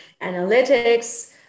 analytics